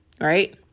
Right